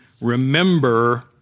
remember